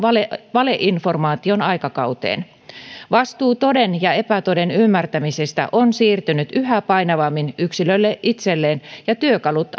valeinformaation aikakauteen vastuu toden ja epätoden ymmärtämisestä on siirtynyt yhä painavammin yksilölle itselleen ja työkalut